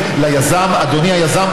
היא תגיד ליזם: אדוני היזם,